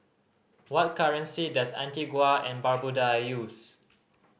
what currency does Antigua and Barbuda use